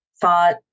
thought